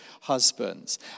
husbands